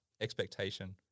expectation